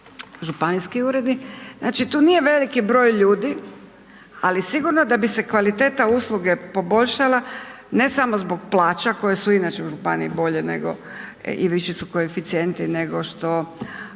županijski uredi, znači tu nije veliki broj ljudi, ali sigurno da bi se kvaliteta usluge poboljšala, ne samo zbog plaća koje su i inače u županiji bolje nego i viši su koeficijenti nego što